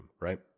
right